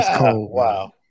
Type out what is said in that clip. Wow